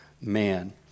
man